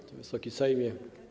Wysoki Sejmie!